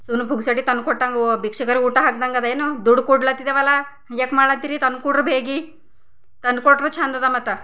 ಸುಮ್ಮನೆ ಪುಕ್ಸಟ್ಟಿ ತಂದು ಕೊಟ್ಟಾಂಗೆ ಭಿಕ್ಷುಕರಿಗೆ ಊಟ ಹಾಕ್ದಂಗದೇನು ದುಡ್ಡು ಕೊಡ್ಲತ್ತಿದೆವಲ್ಲ ಹಂಗೆ ಯಾಕೆ ಮಾಡಕತ್ತಿರಿ ತಂದು ಕೊಡಿರಿ ಬೇಗ ತಂದು ಕೊಟ್ಟರೆ ಛಂದದ ಮತ್ತೆ